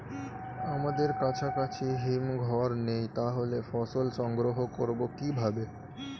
আমাদের কাছাকাছি হিমঘর নেই তাহলে ফসল সংগ্রহ করবো কিভাবে?